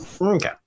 okay